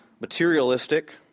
materialistic